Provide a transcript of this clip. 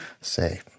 Say